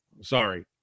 sorry